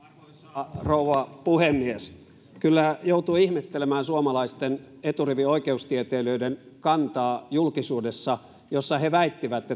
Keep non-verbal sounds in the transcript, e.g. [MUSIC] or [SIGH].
arvoisa rouva puhemies kyllä joutuu ihmettelemään suomalaisten eturivin oikeustieteilijöiden kantaa julkisuudessa kun he väittivät [UNINTELLIGIBLE]